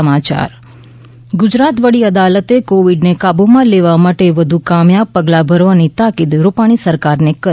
ૈ ગુજરાત વડી અદાલતે કોવિડને કાબૂમાં લેવા માટે વધુ કામયાબ પગલાં ભરવાની તાકીદ રૂપાણી સરકારને કરી